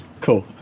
cool